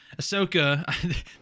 Ahsoka